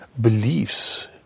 Beliefs